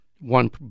one